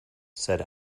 said